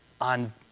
on